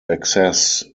access